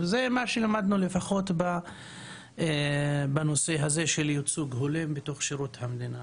וזה מה שלמדנו לפחות בנושא הזה של ייצוג הולם בתוך שירות המדינה.